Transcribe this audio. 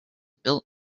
built